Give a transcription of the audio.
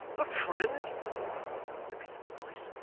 a friend repeated the voice.